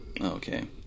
Okay